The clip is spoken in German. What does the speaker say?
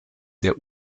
der